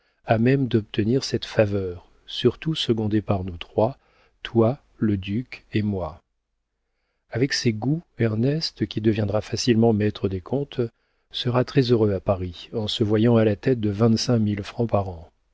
à même d'obtenir cette faveur surtout secondé par nous trois toi le duc et moi avec ses goûts ernest qui deviendra facilement maître des comptes sera très heureux à paris en se voyant à la tête de vingt-cinq mille francs par an